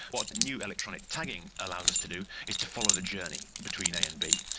what new electronic tagging allows us to do is to follow the journey between a and b.